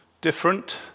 different